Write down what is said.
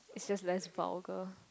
it's just less vulgar